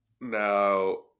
Now